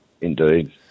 Indeed